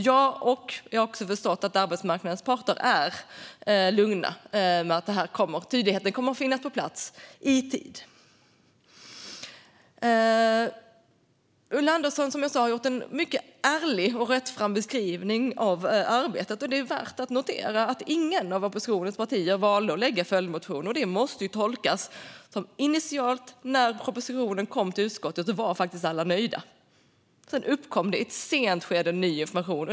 Jag har också förstått att arbetsmarknadens parter är lugna med att tydligheten kommer att finnas på plats i tid. Ulla Andersson har gjort en mycket ärlig och rättfram beskrivning av arbetet. Det är värt att notera att inget av oppositionens partier valde att lägga fram följdmotioner. Det måste tolkas som att initialt när propositionen kom till utskottet var alla nöjda. Sedan kom det i ett sent skede ny information.